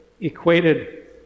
equated